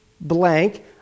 blank